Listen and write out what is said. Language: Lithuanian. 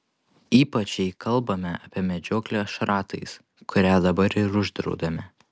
ypač jei kalbame apie medžioklę šratais kurią dabar ir uždraudėme